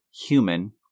human